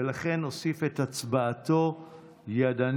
ולכן אוסיף את הצבעתו ידנית.